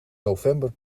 november